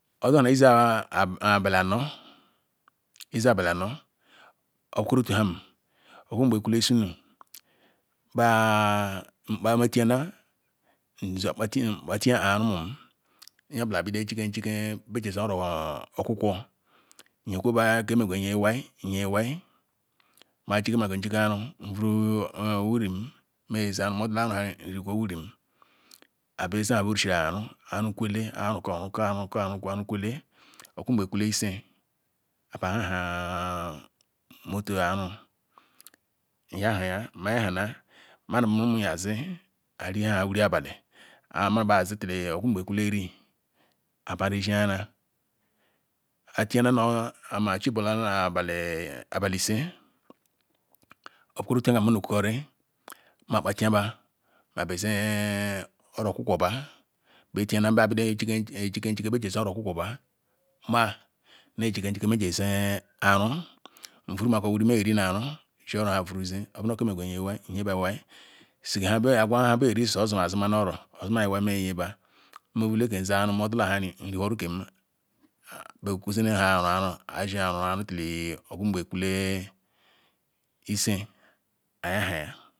odala nu izi abeh aru izi abeh aru obukoru otahan otupa kwal isenu mzfayara nxi ibatiyah rumum mzobala bedo nyik njila bazzi oro okwukwo nyzkwoba kemzagwo nye llual nyzlwal ma jiman njik ru nvuru wirim zeah moduk ham rukwo wirim arukwele ofuagz kwule iye nborha motto aru nya haga mayahana menu rumum nycezk ariha wiri abali manu bayz zi tw ofunje kwale rk abarzzzkayara atiyaha ma jibarla nu aba li isie obukeri otu oka kiyem monokwukuri nma kpatiya ba abezeoro kwokwo ba ba tiyam bem fikenjik beti ezie oro okwukwo ba ma mjikendike mjieezkara mwru meko nwere meri nu ara n voruneko vuru zie ngweya iheal nye ba iwal nha bz v sor zi nu oro ozi iwai mo nyk ba kziveru modela n ha zi oru mo ru aru tw kwala ise ayafiaya